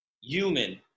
human